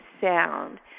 sound